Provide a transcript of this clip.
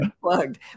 plugged